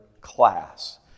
class